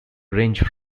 range